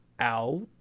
out